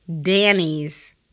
Danny's